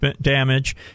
damage